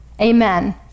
amen